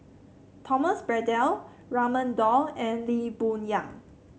Thomas Braddell Raman Daud and Lee Boon Yang